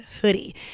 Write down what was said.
hoodie